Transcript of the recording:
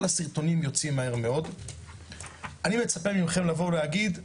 הסרטונים יוצאים מהר מאוד אני מצפה מכם להגיד,